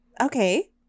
Okay